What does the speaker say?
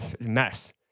mess